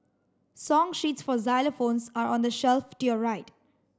song sheets for xylophones are on the shelf to your right